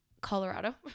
Colorado